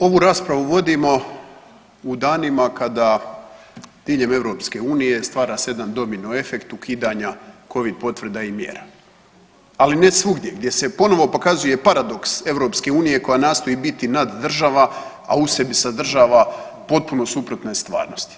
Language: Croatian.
Ovu raspravu vodimo u danima kada diljem EU stvara se jedan domino efekt ukidanja covid potvrda i mjera, ali ne svugdje gdje se ponovno pokazuje paradoks EU koja nastoji biti nad država a u sebi sadržava potpuno suprotne stvarnosti.